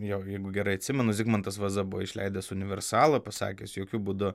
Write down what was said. jo jeigu gerai atsimenu zigmantas vaza buvo išleidęs universalą pasakęs jokiu būdu